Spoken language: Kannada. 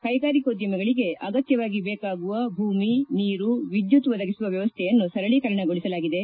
ಕೈಗಾರಿಕೋದ್ಯಮಿಗಳಿಗೆ ಅಗತ್ಯವಾಗಿ ಬೇಕಾಗುವ ಭೂಮಿ ನೀರು ವಿದ್ಯುತ್ ಬದಗಿಸುವ ವ್ಯವಸ್ಥೆಯನ್ನು ಸರಳೀಕರಣಗೊಳಿಸಲಾಗಿದೆ